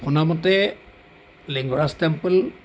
শুনামতে লিংগৰাজ টেম্পল